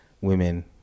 women